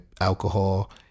alcohol